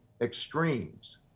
extremes